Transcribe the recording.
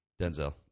Denzel